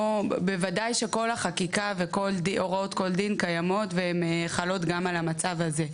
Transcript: בוודאי שכל החקיקה והוראות כל דין קיימות והן חלות גם על המצב הזה.